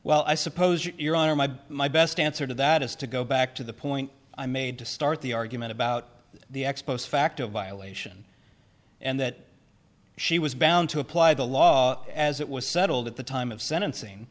well i suppose your honor my my best answer to that is to go back to the point i made to start the argument about the ex post facto violation and that she was bound to apply the law as it was settled at the time of sentencing